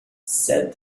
said